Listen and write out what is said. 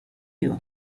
you